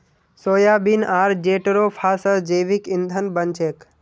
soybean आर jatropha स जैविक ईंधन बन छेक